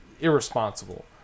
irresponsible